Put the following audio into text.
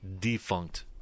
defunct